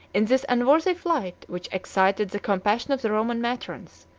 in this unworthy flight, which excited the compassion of the roman matrons,